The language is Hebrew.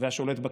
והשולט בכנסת,